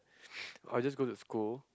I'll just go to school